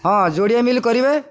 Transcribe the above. ହଁ ଯୋଡ଼ିଏ ମିଲ୍ କରିବେ